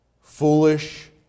foolish